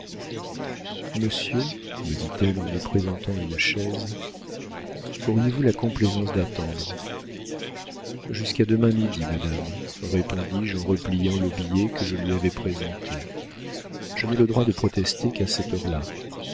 monsieur me dit-elle en me présentant une chaise auriez-vous la complaisance d'attendre jusqu'à demain midi madame répondis-je en repliant le billet que je lui avais présenté je n'ai le droit de protester qu'à cette heure-là